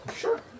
Sure